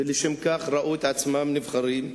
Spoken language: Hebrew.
ולשם כך ראו את עצמם נבחרים.